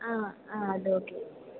ஆ அது ஓகே